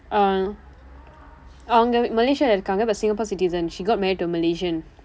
uh அவங்க:avangka malaysia இல்ல இருக்காங்க:illa irukkaangka but singapore citizen she got married to malaysian